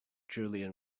julian